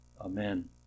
Amen